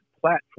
platform